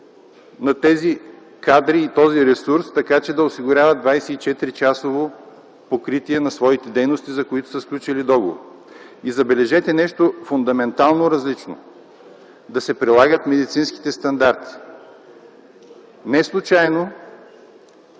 за тези кадри и този ресурс, така че да осигурява 24-часово покритие на своите дейности, за които са сключили договор. Забележете, нещо фундаментално различно – да се прилагат медицинските стандарти. Неслучайно